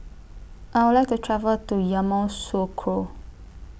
I Would like to travel to Yamoussoukro